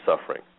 suffering